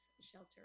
shelter